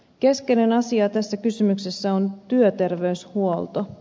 keskeinen asia tässä kysymyksessä on työterveyshuolto